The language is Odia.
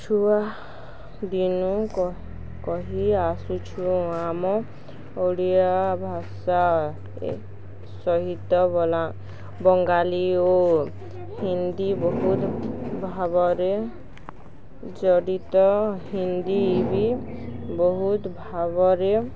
ଛୁଆ ଦିନୁ କହି ଆସୁଛୁ ଆମ ଓଡ଼ିଆ ଭାଷା ସହିତ ବଙ୍ଗାଳୀ ଓ ହିନ୍ଦୀ ବହୁତ ଭାବରେ ଜଡ଼ିତ ହିନ୍ଦୀ ବି ବହୁତ ଭାବରେ